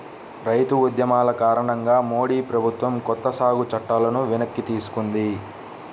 రైతు ఉద్యమాల కారణంగా మోడీ ప్రభుత్వం కొత్త సాగు చట్టాలను వెనక్కి తీసుకుంది